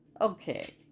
Okay